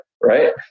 right